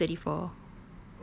thirty six thirty four